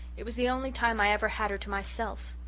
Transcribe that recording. it was the only time i ever had her to myself.